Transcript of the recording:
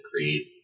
create